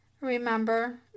Remember